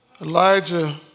Elijah